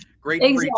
great